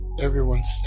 Everyone's